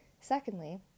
Secondly